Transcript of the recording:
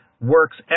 works